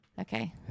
Okay